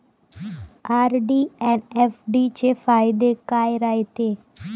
RD अन FD चे फायदे काय रायते?